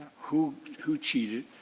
who who cheated,